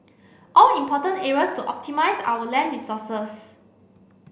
all important areas to optimise our land resources